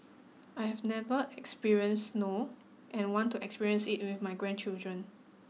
I have never experienced snow and want to experience it with my grandchildren